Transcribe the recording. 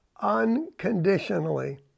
unconditionally